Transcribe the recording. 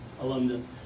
alumnus